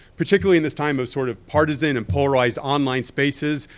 particularly in this time of sort of partisan and polarized online spaces.